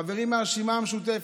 חברים מהרשימה המשותפת.